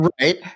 Right